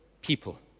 people